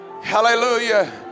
Hallelujah